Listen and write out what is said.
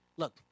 look